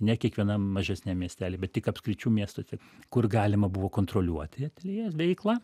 ne kiekvienam mažesniam miestely bet tik apskričių miestuose kur galima buvo kontroliuoti ateljė veiklą